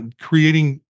creating